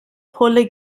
pulle